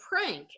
prank